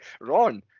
Ron